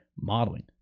modeling